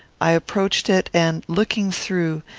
i approached it, and, looking through,